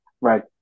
right